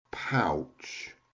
pouch